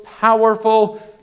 powerful